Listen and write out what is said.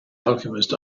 alchemist